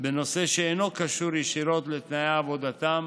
בנושא שאינו קשור ישירות לתנאי עבודתם